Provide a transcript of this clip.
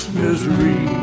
misery